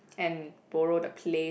and borrow the pla~